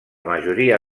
majoria